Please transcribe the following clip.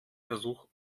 versuch